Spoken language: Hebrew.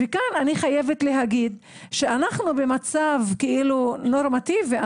וכאן אני חייבת להגיד שאנחנו במצב כאילו נורמטיבי,